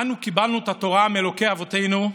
אנו קיבלנו את התורה מאלוקי אבותינו,